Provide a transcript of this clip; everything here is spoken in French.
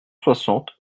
soixante